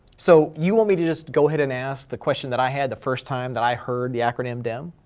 so, you want me to just go ahead and ask the question that i had the first time that i heard the acronym dem?